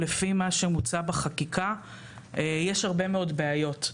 לפי מה שמוצע בחקיקה יש הרבה מאוד בעיות.